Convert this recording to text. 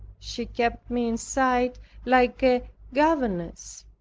she kept me in sight like a governess.